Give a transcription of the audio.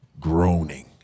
groaning